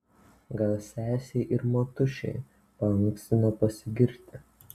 gal sesei ir motušei paankstino pasigirti